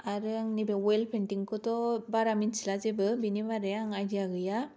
आरो आं नैबे अयेल पेन्टिं खौथ' बारा मिथिला जेबो आरो आं आइदिया गैया